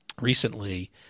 recently